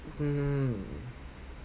hmm